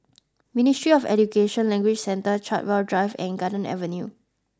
Ministry of Education Language Centre Chartwell Drive and Garden Avenue